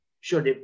sure